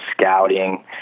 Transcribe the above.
scouting